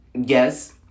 yes